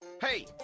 Hey